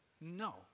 No